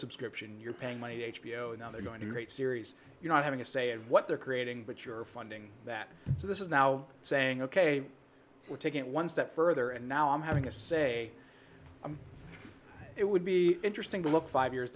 subscription you're paying money to h b o and now they're going to great series you know having a say in what they're creating but you're finding that this is now saying ok we're taking it one step further and now i'm having a say it would be interesting to look five years